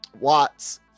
Watts